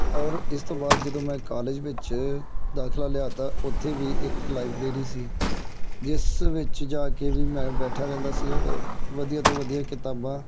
ਔਰ ਇਸ ਤੋਂ ਬਾਅਦ ਜਦੋਂ ਮੈਂ ਕਾਲਜ ਵਿੱਚ ਦਾਖ਼ਲਾ ਲਿਆ ਤਾਂ ਉੱਥੇ ਵੀ ਇੱਕ ਲਾਈਬ੍ਰੇਰੀ ਸੀ ਜਿਸ ਵਿੱਚ ਜਾ ਕੇ ਵੀ ਮੈਂ ਬੈਠਾ ਰਹਿੰਦਾ ਸੀ ਔਰ ਵਧੀਆ ਤੋਂ ਵਧੀਆ ਕਿਤਾਬਾਂ